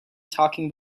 talking